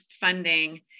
funding